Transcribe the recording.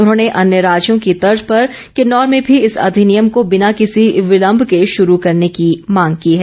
उन्होंने अन्य राज्यों की तर्ज पर किन्नौर में भी इस अधिनियम को बिना किसी विलम्ब के शुरू करने की मांग की है